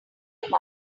him